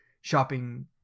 shopping